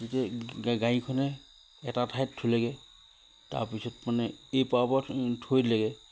গাড়ীখনে এটা ঠাইত থলেগে তাৰপিছত মানে এই পাৰৰ পৰা থৈ দিলেগে